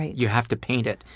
you have to paint it,